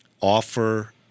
offer